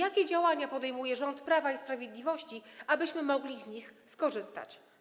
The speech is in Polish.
Jakie działania podejmuje rząd Prawa i Sprawiedliwości, abyśmy mogli z nich skorzystać?